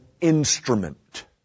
instrument